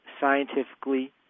scientifically